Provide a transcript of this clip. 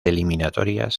eliminatorias